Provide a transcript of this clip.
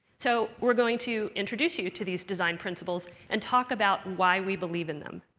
so we're going to introduce you to these design principles and talk about why we believe in them.